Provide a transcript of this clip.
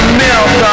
milk